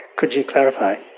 could you clarify?